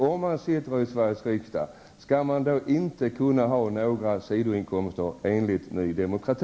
Om man sitter i Sveriges riksdag, skall man då inte kunna ha några sidoinkomster, enligt Ny Demokrati?